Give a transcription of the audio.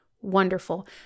wonderful